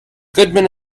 goodman